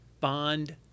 bond